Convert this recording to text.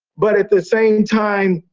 but at the same time,